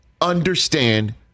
understand